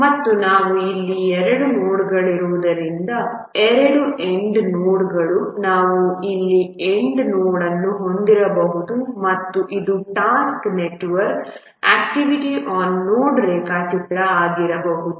ಮತ್ತು ನಾವು ಇಲ್ಲಿ ಎರಡು ನೋಡ್ಗಳಿರುವುದರಿಂದ ಎರಡು ಎಂಡ್ ನೋಡ್ಗಳು ನಾವು ಇಲ್ಲಿ ಎಂಡ್ ನೋಡ್ ಅನ್ನು ಹೊಂದಬಹುದು ಮತ್ತು ಇದು task network activity on node ರೇಖಾಚಿತ್ರ ಆಗಿರಬಹುದು